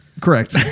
Correct